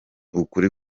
ukuri